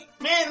man